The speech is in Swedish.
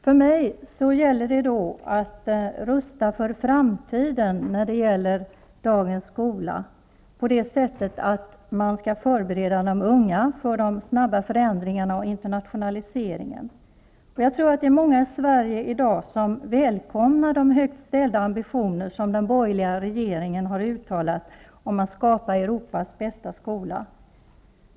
För mig gäller det då att man skall rusta för framtiden när det gäller dagens skola, på det sättet att man skall förbereda de unga för de snabba förändringarna och internationaliseringen. Jag tror att det är många i Sverige i dag som välkomnar de högt ställda ambitioner som den borgerliga regeringen har uttalat om att skapa Europas bästa skola.